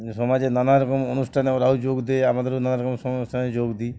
সমাজে নানারকম অনুষ্ঠানে ওরাও যোগ দেয় আমাদেরও নানা রকম অনুষ্ঠানে যোগ দিই